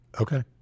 Okay